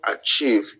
achieve